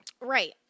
Right